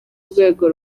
rwego